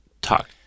talk